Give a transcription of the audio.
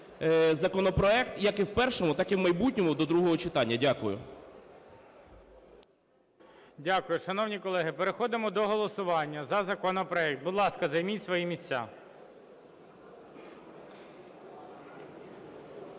Дякую. Шановні колеги, переходимо до голосування за законопроект. Будь ласка, займіть свої місця.